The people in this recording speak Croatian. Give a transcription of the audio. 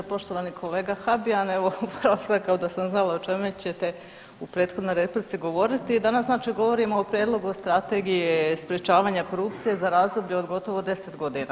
Poštovani kolega Habijan, evo upravo kao da sam znala o čeme ćete u prethodnoj replici govoriti, danas znači govorimo o Prijedlogu Strategije sprječavanje korupcije za razdoblje od gotovo 10 godina.